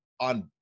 on